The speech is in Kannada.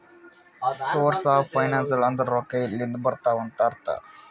ಸೋರ್ಸ್ ಆಫ್ ಫೈನಾನ್ಸ್ ಅಂದುರ್ ರೊಕ್ಕಾ ಎಲ್ಲಿಂದ್ ಬರ್ತಾವ್ ಅಂತ್ ಅರ್ಥ